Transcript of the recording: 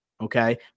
okay